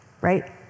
right